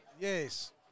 Yes